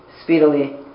speedily